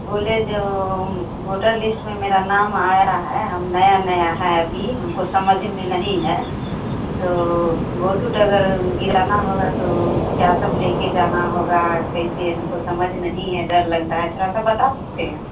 बोले जो voter list में मेरा नाम आया है हम नया नया है अभी हमको समझ में नहीं है तो वोट ऊट अगर गिराना होगा तो क्या सब ले कर जाना होगा कैसे हमको समझ नहीं है डर लगता है थोड़ा सा बता सकते हैं